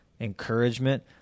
encouragement